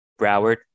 Broward